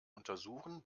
untersuchen